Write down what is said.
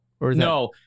No